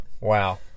Wow